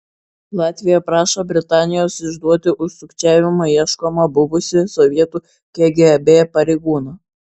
latvija prašo britanijos išduoti už sukčiavimą ieškomą buvusį sovietų kgb pareigūną